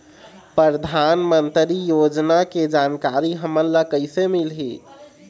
परधानमंतरी योजना के जानकारी हमन ल कइसे मिलही?